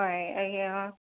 হয়